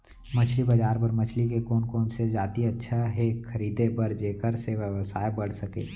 मछली बजार बर मछली के कोन कोन से जाति अच्छा हे खरीदे बर जेकर से व्यवसाय बढ़ सके?